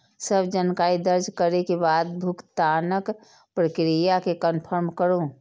सब जानकारी दर्ज करै के बाद भुगतानक प्रक्रिया कें कंफर्म करू